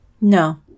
No